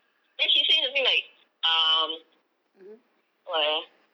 then she say to me like um what ah